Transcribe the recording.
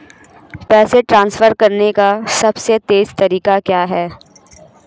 पैसे ट्रांसफर करने का सबसे तेज़ तरीका क्या है?